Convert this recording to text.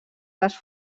les